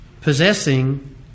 possessing